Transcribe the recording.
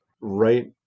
right